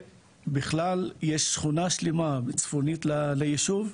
בכלל, ישנה שכונה שלמה, צפונית לישוב,